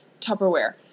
Tupperware